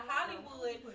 Hollywood